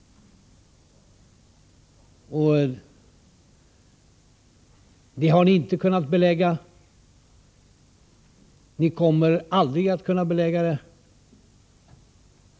Ni har inte kunnat belägga detta, ni kommer aldrig att kunna belägga det.